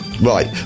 Right